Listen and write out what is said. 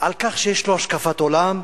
על כך שיש לו השקפת עולם,